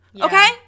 Okay